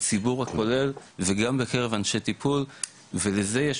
בציבור הכולל וגם בקרב אנשי טיפול ולזה יש